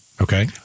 okay